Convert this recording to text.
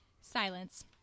Silence